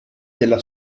della